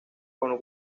como